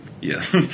Yes